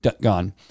gone